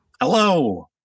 Hello